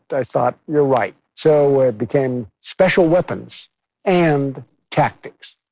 i thought, you're right. so it became special weapons and tactics.